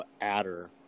Adder